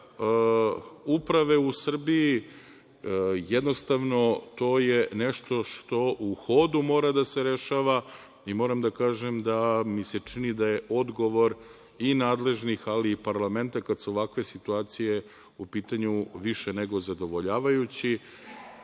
razvoja uprave u Srbiji. Jednostavno, to je nešto što u hodu mora da se rešava. Moram da kažem da mi se čini da je odgovor i nadležnih, ali i parlamenta, kada su ovakve situacije u pitanju, više nego zadovoljavajuće